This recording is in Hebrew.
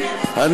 כי אתם,